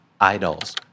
idols